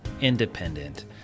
independent